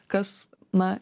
kas na